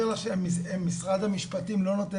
אני מסביר לך שמשרד המשפטים לא נותן